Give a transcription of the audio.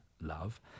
love